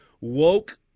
woke